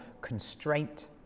constraint